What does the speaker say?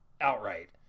outright